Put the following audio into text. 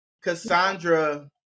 Cassandra